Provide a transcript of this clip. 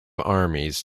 armies